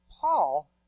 Paul